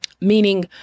meaning